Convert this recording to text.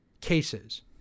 cases